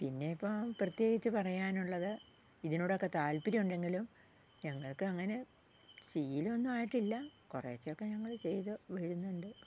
പിന്നെ ഇപ്പം പ്രത്യേകിച്ച് പറയാനുള്ളത് ഇതിനോടൊക്കെ താല്പര്യം ഉണ്ടെങ്കിലും ഞങ്ങൾക്കങ്ങനെ ശീലമൊന്നും ആയിട്ടില്ല കുറച്ചൊക്കെ ഞങ്ങള് ചെയ്ത് വരുന്നുണ്ട്